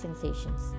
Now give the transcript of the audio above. sensations